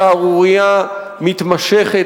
שערורייה מתמשכת,